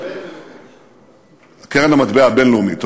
בין-לאומית.